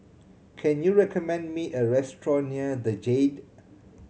can you recommend me a restaurant near The Jade